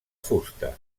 fusta